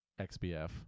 xbf